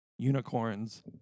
unicorns